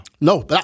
No